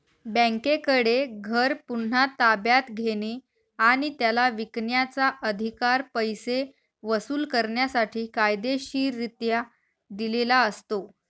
बँकेकडे घर पुन्हा ताब्यात घेणे आणि त्याला विकण्याचा, अधिकार पैसे वसूल करण्यासाठी कायदेशीररित्या दिलेला असतो